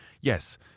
Yes